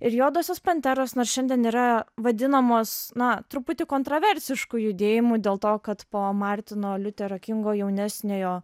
ir juodosios panteros nors šiandien yra vadinamos na truputį kontraversišku judėjimu dėl to kad po martino liuterio kingo jaunesniojo